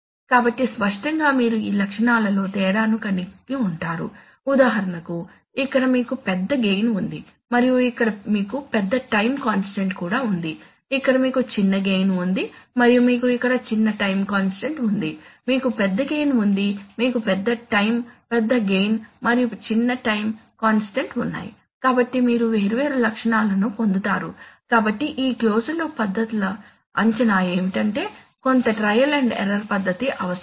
కాబట్టి స్పష్టంగా మీరు ఈ లక్షణాలలో తేడాను కలిగి ఉంటారు ఉదాహరణకు ఇక్కడ మీకు పెద్ద గెయిన్ ఉంది మరియు ఇక్కడ మీకు పెద్ద టైం కాన్స్టెంట్ కూడా ఉంది ఇక్కడ మీకు చిన్న గెయిన్ ఉంది మరియు మీకు ఇక్కడ చిన్న టైం కాన్స్టాంట్ ఉంది మీకు పెద్ద గెయిన్ ఉంది మీకు పెద్ద టైం పెద్ద గెయిన్ మరియు చిన్న టైం కాన్స్టెంట్ ఉన్నాయి కాబట్టి మీరు వేర్వేరు లక్షణాలను పొందుతారు కాబట్టి ఈ క్లోజ్డ్ లూప్ పద్ధతుల అంచనా ఏమిటంటే కొంత ట్రయల్ మరియు ఎర్రర్ పద్ధతి అవసరం